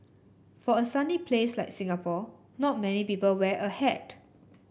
for a sunny place like Singapore not many people wear a hat